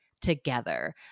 together